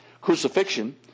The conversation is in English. crucifixion